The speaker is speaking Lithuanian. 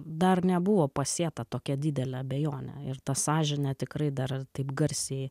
dar nebuvo pasėta tokia didelė abejonė ir ta sąžinė tikrai dar taip garsiai